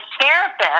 therapist